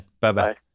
Bye-bye